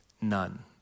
None